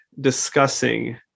discussing